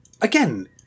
again